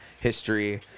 history